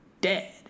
dead